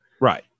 Right